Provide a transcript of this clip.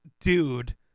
dude